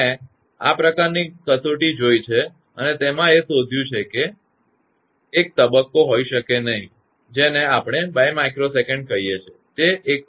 મેં આ પ્રકારની પણ કસોટી જોઇ છે અને તેમા એ શોધ્યુ છે કે તે એક તબક્કો હોઈ શકે નહીં જેને આપણે 2𝜇𝑠 કહીએ છીએ તે 1